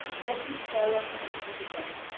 then he fell on his knees again,